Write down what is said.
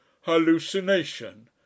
hallucination